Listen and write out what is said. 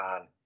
on